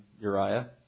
Uriah